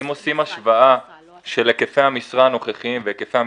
אם עושים השוואה של היקפי המשרה הנוכחיים ואלה העתידיים,